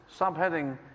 subheading